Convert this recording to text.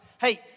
Hey